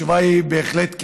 התשובה היא בהחלט כן.